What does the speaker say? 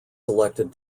selected